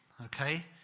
okay